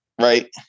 right